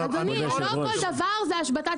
לא סתם "הבקשה אושרה",